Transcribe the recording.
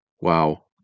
Wow